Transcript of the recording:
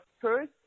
first